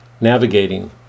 navigating